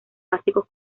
básicos